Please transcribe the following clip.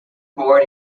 born